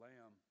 Lamb